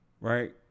Right